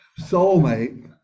soulmate